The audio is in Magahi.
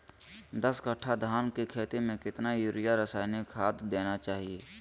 दस कट्टा धान की खेती में कितना यूरिया रासायनिक खाद देना चाहिए?